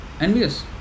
envious